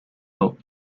though